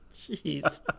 jeez